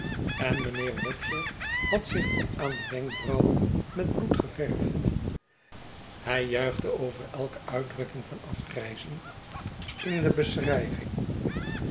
en mijnheer wopsle had zich tot aan de wenkbrauwen met bloed geverfd hij juichte over elke uitdrukking van aigrijzen in de beschrijving